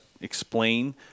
Explain